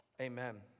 Amen